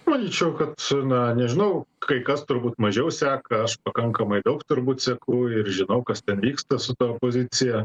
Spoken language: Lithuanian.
manyčiau kad na nežinau kai kas turbūt mažiau seka aš pakankamai daug turbūt seku ir žinau kas ten vyksta su ta opozicija